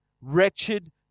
wretched